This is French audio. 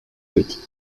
petite